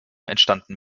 entstanden